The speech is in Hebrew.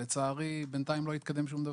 ולצערי, בינתיים לא התקדם שום דבר.